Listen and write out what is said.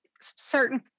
certain